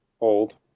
old